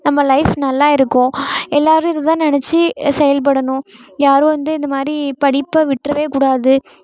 நம்ம லைஃப் நல்லாயிருக்கும் எல்லோரும் இது தான் நெனைச்சி செயல்படணும் யாரும் வந்து இது மாதிரி படிப்பை விட்டுறவே கூடாது